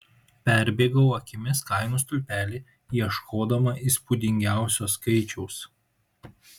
perbėgau akimis kainų stulpelį ieškodama įspūdingiausio skaičiaus